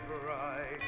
bright